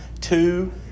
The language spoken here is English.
two